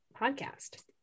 podcast